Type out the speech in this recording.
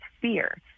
fear